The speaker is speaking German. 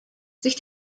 sich